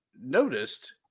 noticed